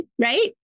Right